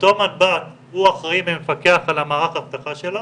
ואותו מנב"ט הוא אחראי ומפקח על המערך אבטחה שלו,